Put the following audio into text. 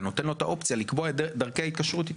אתה נותן לו את האופציה לקבוע את דרכי ההתקשרות איתו.